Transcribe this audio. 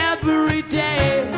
every day